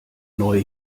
neue